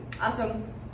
awesome